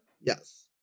Yes